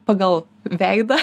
pagal veidą